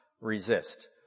resist